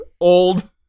Old